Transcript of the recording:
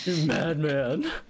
Madman